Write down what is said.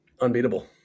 Unbeatable